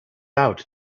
out